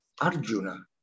Arjuna